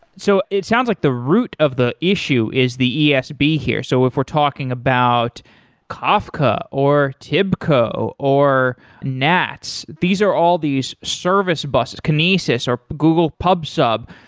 so it sounds like the root of the issue is the esb here. so if we're talking about kafka, or tibco, or nats, these are all these service buses, kinesis or google pub sub,